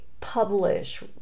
publish